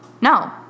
No